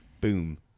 boom